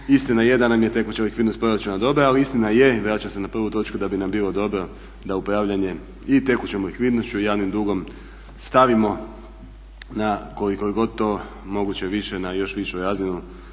Istina je da nam je tekuća likvidnost proračuna dobra, ali istina je i vraćam se na prvu točku, da bi nam bilo dobro da upravljanje i tekućom likvidnošću i javnim dugom stavimo na koliko je god to moguće više na još višu razinu.